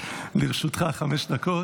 לרשותך חמש דקות.